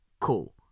Cool